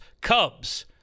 cubs